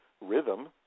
rhythm